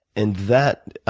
and that,